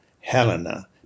Helena